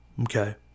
okay